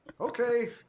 Okay